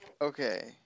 Okay